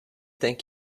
thank